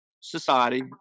society